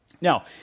Now